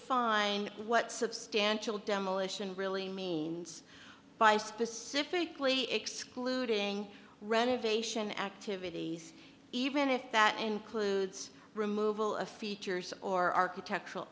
fine what substantial demolition really means by specifically excluding renovation activities even if that includes removal of features or architectural